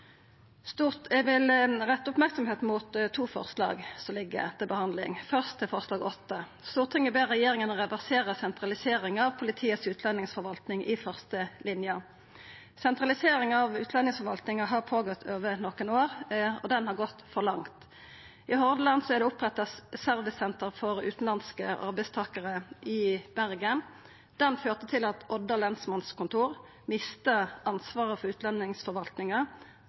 Eg vil retta merksemda mot to forslag som ligg til behandling. Først til forslag nr. 8, som lyder: «Stortinget ber regjeringen reversere sentraliseringen av politiets utlendingsforvaltning i førstelinjen.» Sentraliseringa av utlendingsforvaltinga har gått føre seg i nokre år, og ho har gått for langt. I Hordaland er det oppretta servicesenter for utanlandske arbeidstakarar i Bergen. Det førte til at Odda lensmannskontor mista ansvaret for